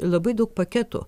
labai daug paketų